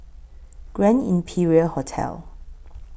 Grand Imperial Hotel